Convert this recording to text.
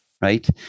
right